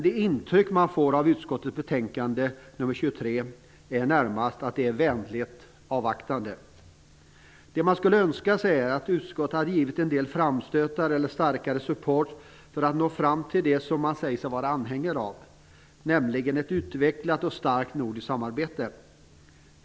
Det intryck man får av utrikesutskottets betänkande nr 23 är närmast att det är vänligt avvaktande. Det man skulle önska sig är att utskottet hade givit en del framstötar eller starkare support för att nå fram till det man säger sig vara anhängare av, nämligen ett utvecklat och starkt nordiskt samarbete.